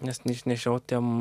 nes neišnešiotiem